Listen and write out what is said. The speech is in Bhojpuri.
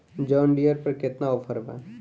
जॉन डियर पर केतना ऑफर बा?